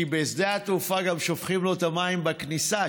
כי בשדה התעופה גם שופכים לו את המים בכניסה,